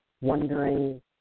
wondering